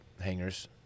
hangers